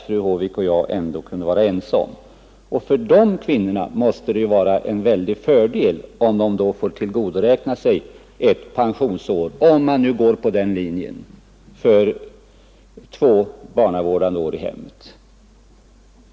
För dessa kvinnor måste det vara en fördel att få tillgodoräkna sig ett pensionsår för två Nr 56 barnavårdande år i hemmet.